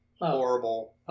horrible